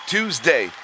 Tuesday